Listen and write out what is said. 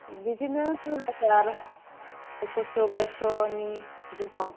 बिदिनो दुइ हाजार एक्स'स' बाइस्स'नि बिदि दं